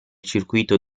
circuito